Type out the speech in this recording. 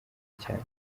cyane